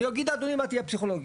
אני אגיד, אדוני, מה תהיה הפסיכולוגיה.